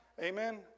Amen